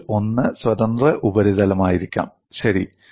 തലത്തിൽ ഒന്ന് സ്വതന്ത്ര ഉപരിതലമായിരിക്കാം ശരി